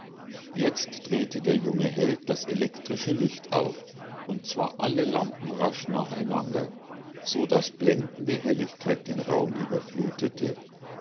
jetzt drehte der junge held das elektrische licht auf und zwar alle lampen rasch nacheinander so daß blendende helligkeit den raum überflutete